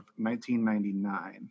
1999